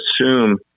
assume